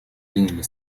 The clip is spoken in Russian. приняли